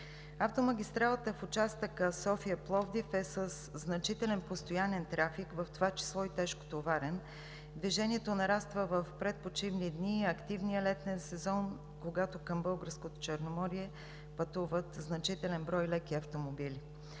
Автомагистралата в участъка София – Пловдив е със значителен, постоянен трафик, в това число и тежкотоварен. Движението нараства в предпочивни дни, активния летен сезон, когато към българското Черноморие пътуват значителен брой леки автомобили.